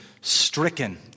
stricken